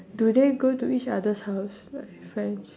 do they go to each other's house like friends